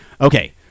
okay